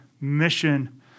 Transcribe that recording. mission